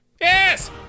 Yes